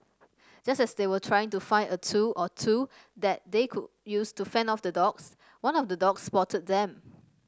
just as they were trying to find a tool or two that they could use to fend off the dogs one of the dogs spotted them